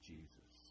Jesus